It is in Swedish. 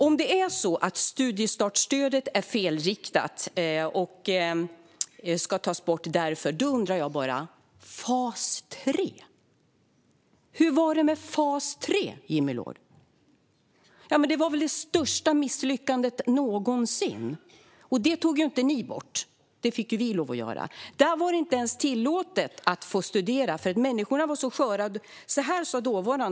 Om studiestartsstödet är felriktat och därför ska tas bort, hur var det då med fas 3, Jimmy Loord? Det var väl det största misslyckandet någonsin? Det tog ni inte bort, utan det fick vi göra. I fas 3 var det inte ens tillåtet att studera för människorna var, sa man, för sköra.